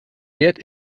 wert